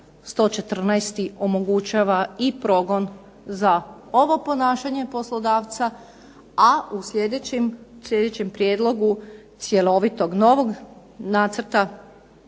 114 omogućava i progon za ovo ponašanje poslodavca, a u sljedećem prijedlogu cjelovitog novog Nacrta